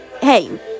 hey